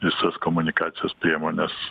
visas komunikacijos priemones